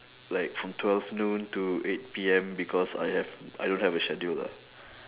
like from twelve noon to eight P_M because I have I don't have a schedule lah